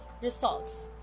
results